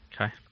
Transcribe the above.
Okay